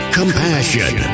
compassion